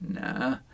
nah